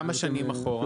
כמה שנים אחורה?